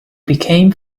became